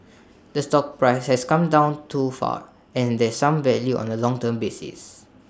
the stock price has come down too far and there's some value on A long term basis